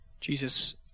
Jesus